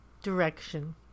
direction